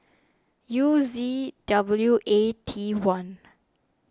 U Z W A T one